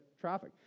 traffic